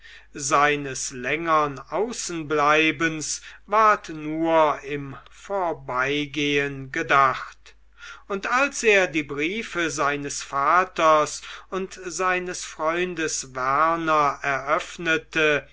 seines längern außenbleibens ward nur im vorbeigehn gedacht und als er die briefe seines vaters und seines freundes werner eröffnete